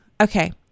okay